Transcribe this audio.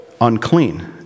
unclean